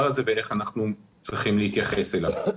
הזה ואיך אנחנו צריכים להתייחס אליו.